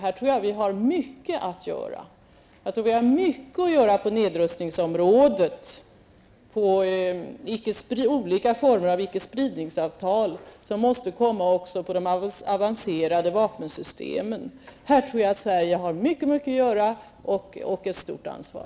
Här tror jag att vi har mycket att göra. Jag tror också att vi har mycket att göra på nedrustningsområdet när det gäller olika former av icke-spridningsavtal, som måste komma också beträffande de avancerade vapensystemen. Här tror jag att Sverige har mycket att göra och ett stort ansvar.